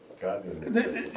God